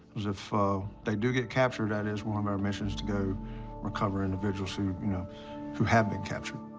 because if they do get captured, that is one of our missions to go recover individuals who, you know, who have been captured.